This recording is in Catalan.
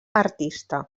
artista